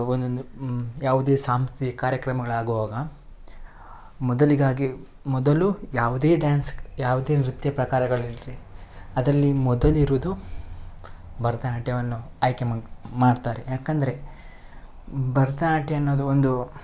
ಒಂದೊಂದು ಯಾವುದೇ ಸಾಂಸ್ಕೃತಿಕ ಕಾರ್ಯಕ್ರಮಗಳಾಗುವಾಗ ಮೊದಲಿಗಾಗಿ ಮೊದಲು ಯಾವುದೇ ಡ್ಯಾನ್ಸ್ ಯಾವುದೇ ನೃತ್ಯ ಪ್ರಕಾರಗಳಿರ್ಲಿ ಅದರಲ್ಲಿ ಮೊದಲಿರುವುದು ಭರತನಾಟ್ಯವನ್ನು ಆಯ್ಕೆ ಮಾಡ್ ಮಾಡ್ತಾರೆ ಏಕಂದ್ರೆ ಭರತನಾಟ್ಯ ಅನ್ನೋದು ಒಂದು